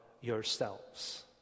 yourselves